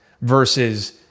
versus